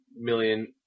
million